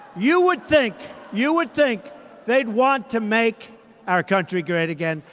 you would think you would think they'd want to make our country great again.